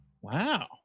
Wow